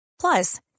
Plus